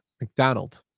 McDonald